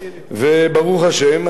וברוך השם,